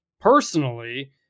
personally